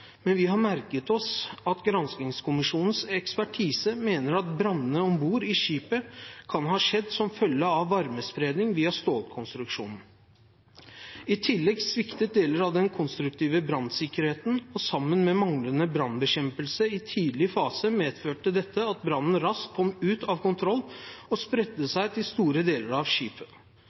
men vi har merket oss at granskningskommisjonens ekspertise mener at brannene om bord i skipet kan ha skjedd som følge av varmespredning via stålkonstruksjonen. I tillegg sviktet deler av den konstruktive brannsikkerheten. Sammen med manglende brannbekjempelse i tidlig fase medførte dette at brannen raskt kom ut av kontroll og spredte seg til store deler av skipet.